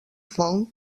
fong